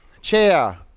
Chair